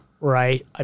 right